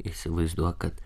įsivaizduok kad